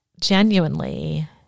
genuinely